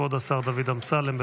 כבוד השר דוד אמסלם.